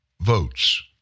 votes